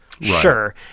sure